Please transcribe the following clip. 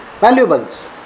valuables